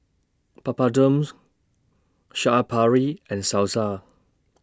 Papadums Chaat Papri and Salsa